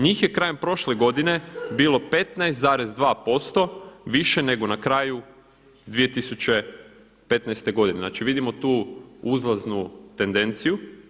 Njih je krajem prošle godine bilo 15,2% više nego na kraju 2015. godine, znači vidimo tu uzlaznu tendenciju.